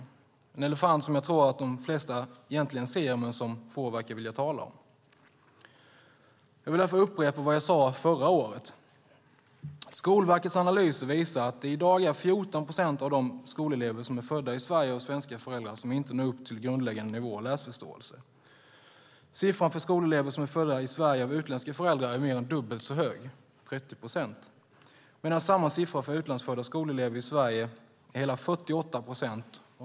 Det är en elefant som jag tror att de flesta egentligen ser men som få verkar vilja tala om. Jag vill därför upprepa vad jag sade förra året: Skolverkets analyser visar att det i dag är 14 procent av de skoleleverna som är födda i Sverige av svenska föräldrar som inte når upp till en grundläggande nivå av läsförståelse. Siffran för skolelever som är födda i Sverige av utländska föräldrar är mer än dubbelt så hög, 30 procent, medan samma siffra för utlandsfödda skolelever i Sverige är hela 48 procent.